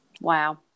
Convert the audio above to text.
wow